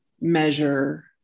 measure